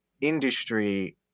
industry